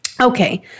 Okay